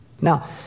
Now